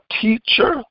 teacher